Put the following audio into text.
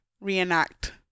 reenact